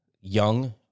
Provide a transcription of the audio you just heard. young